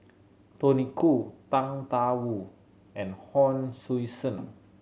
Tony Khoo Tang Da Wu and Hon Sui Sen